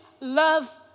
love